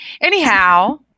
Anyhow